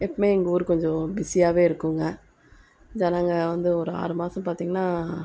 எப்போயுமே எங்கள் ஊரு கொஞ்சம் பிஸியாவே இருக்குதுங்க ஜனங்க வந்து ஒரு ஆறு மாசம் பார்த்தீங்கனா